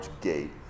gate